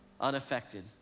unaffected